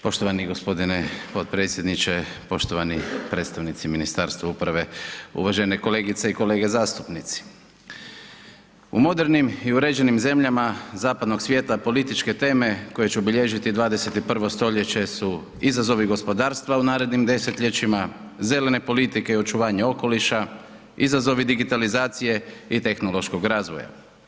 Poštovani g. potpredsjedniče, poštovani predstavnici Ministarstva uprave, uvažene kolegice i kolege zastupnici, u modernim i uređenim zemljama zapadnog svijeta političke teme koje će obilježiti 21. st. su izazovi gospodarstva u narednim desetljećima, zelene politike i očuvanje okoliša, izazovi digitalizacije i tehnološkog razvoja.